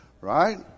Right